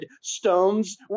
stones